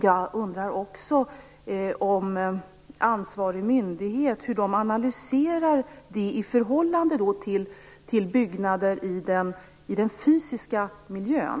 Jag undrar också hur ansvarig myndighet analyserar detta i förhållande till byggnader i den fysiska miljön.